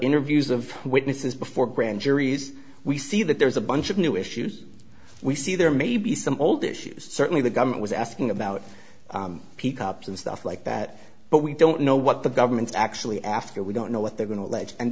interviews of witnesses before grand juries we see that there's a bunch of new issues we see there maybe some old issues certainly the government was asking about peak ups and stuff like that but we don't know what the government's actually after we don't know what they're going to let and